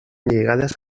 lligades